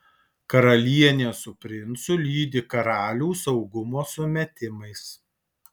karalienė su princu lydi karalių saugumo sumetimais